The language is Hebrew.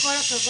עם כל הכבוד,